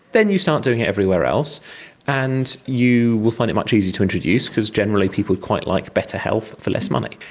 then you start doing it everywhere else and you will find it much easier to introduce because generally people quite like better health for less money.